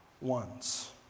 ones